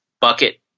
Bucket